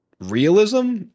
realism